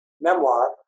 memoir